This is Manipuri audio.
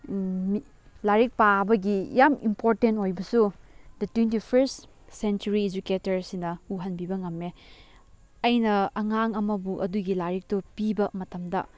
ꯂꯥꯏꯔꯤꯛ ꯄꯥꯕꯒꯤ ꯌꯥꯝ ꯏꯝꯄꯣꯔꯇꯦꯟ ꯑꯣꯏꯕꯁꯨ ꯗ ꯇ꯭ꯋꯦꯟꯇꯤ ꯐꯥꯔꯁ ꯁꯦꯟꯆꯨꯔꯤ ꯏꯖꯨꯀꯦꯇꯔꯁꯤꯅ ꯎꯍꯟꯕꯤꯕ ꯉꯝꯃꯦ ꯑꯩꯅ ꯑꯉꯥꯡ ꯑꯃꯕꯨ ꯑꯗꯨꯒꯤ ꯂꯥꯏꯔꯤꯛꯇꯨ ꯄꯤꯕ ꯃꯇꯝꯗ